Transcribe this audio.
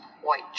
white